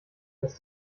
dass